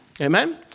amen